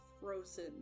frozen